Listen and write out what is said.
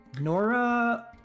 Nora